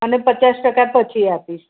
અને પચાસ ટકા પછી આપીશ